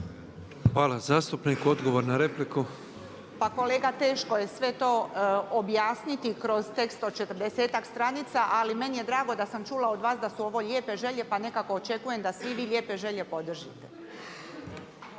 Branka (HDZ)** Pa kolega teško je sve to objasniti kroz tekst od 40-ak stranica ali meni je drago da sam čula od vas da su ovo lijepe želje pa nekako očekujem da svi vi lijepe želje podržite.